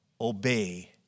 obey